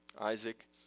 Isaac